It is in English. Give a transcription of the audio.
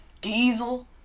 diesel